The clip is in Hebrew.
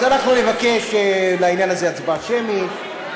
אז אנחנו נבקש לעניין הזה הצבעה שמית,